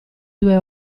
due